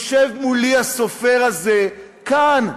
יושב מולי הסופר הזה, כאן,